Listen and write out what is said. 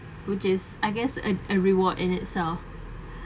which is I guess a a reward in itself